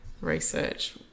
research